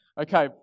Okay